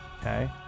Okay